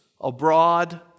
abroad